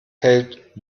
hält